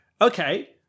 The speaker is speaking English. Okay